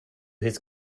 his